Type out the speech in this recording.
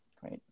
Great